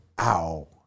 Ow